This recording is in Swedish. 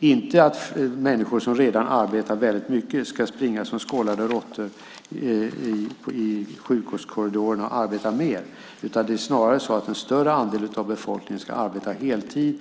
Vi vill inte att människor som redan arbetar väldigt mycket ska springa som skållade råttor i sjukvårdskorridorerna och arbeta mer, utan det är snarare så att en större andel av befolkningen ska arbeta heltid,